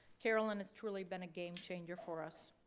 carolyn has truly been a game changer for us.